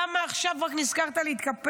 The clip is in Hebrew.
למה רק עכשיו נזכרת להתקפל?